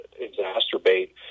exacerbate